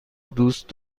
دوست